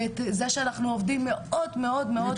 וזה שאנחנו עובדים מאוד מאוד מאוד קשה.